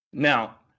Now